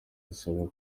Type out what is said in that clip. asaba